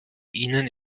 ihnen